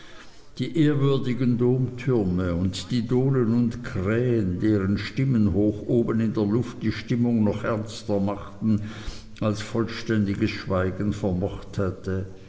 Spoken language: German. die ehrwürdigen domtürme und die dohlen und krähen deren stimmen hoch oben in der luft die stimmung noch ernster machten als vollständiges schweigen vermocht hätte